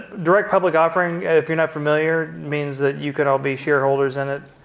direct public offering if you're not familiar means that you can all be shareholders in it.